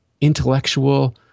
intellectual